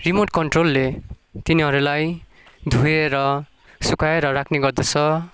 remote कन्ट्रोलले तिनीहरूलाई धोएर सुकाएर राख्ने गर्दछ